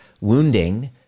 wounding